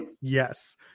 Yes